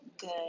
good